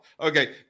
Okay